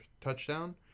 touchdown